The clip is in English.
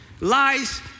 Lies